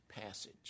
passage